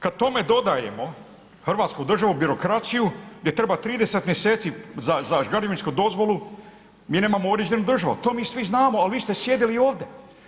Kad tome dodajemo hrvatsku državnu birokraciju gdje treba 30 mjeseci za građevinsku dozvolu, mi nemamo uređenu državu, to mi svi znamo ali vi ste sjedili ovdje.